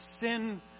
sin